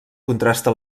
contrasta